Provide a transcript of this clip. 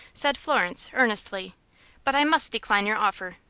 said florence, earnestly but i must decline your offer.